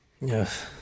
Yes